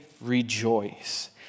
rejoice